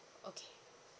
okay